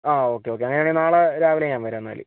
ആ okay okay അങ്ങനെയാണെങ്കിൽ നാളെ രാവിലെ ഞാന് വരാം എന്നാല്